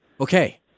Okay